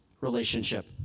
relationship